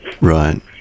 right